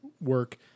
work